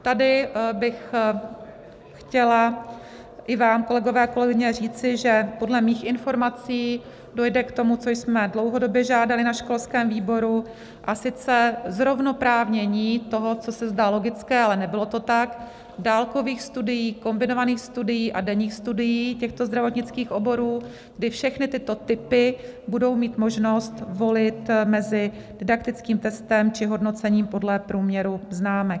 Tady bych chtěla i vám, kolegové a kolegyně, říci, že podle mých informací dojde k tomu, co jsme dlouhodobě žádali na školském výboru, a sice zrovnoprávnění toho, co se zdá logické, ale nebylo to tak, dálkových studií, kombinovaných studií a denních studií těchto zdravotnických oborů, kdy všechny tyto typy budou mít možnost volit mezi didaktickým testem či hodnocením podle průměru známek.